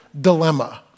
dilemma